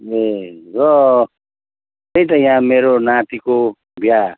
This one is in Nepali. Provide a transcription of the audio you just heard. ए र त्यही त यहाँ मेरो नातिको बिहा